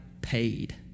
paid